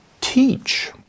teach